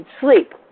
sleep